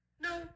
No